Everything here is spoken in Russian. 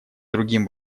другим